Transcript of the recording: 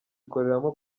ikoreramo